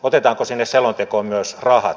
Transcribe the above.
otetaanko sinne selontekoon myös rahat